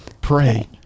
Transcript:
pray